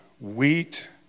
wheat